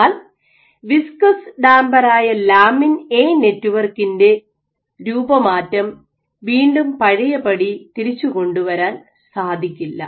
എന്നാൽ viscous damper ആയ lamin A നെറ്റ്വർക്കിന്റെ രൂപമാറ്റം വീണ്ടും പഴയപടി തിരിച്ചു കൊണ്ടുവരാൻ സാധിക്കില്ല